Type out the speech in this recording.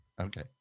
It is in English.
Okay